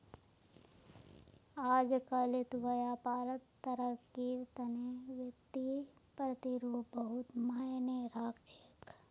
अजकालित व्यापारत तरक्कीर तने वित्तीय प्रतिरूप बहुत मायने राख छेक